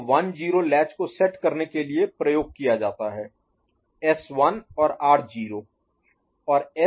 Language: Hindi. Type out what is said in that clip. तो 1 0 लैच को सेट करने के लिए प्रयोग किया जाता है S 1 और R 0